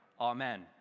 Amen